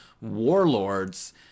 warlords